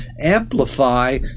amplify